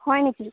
হয় নেকি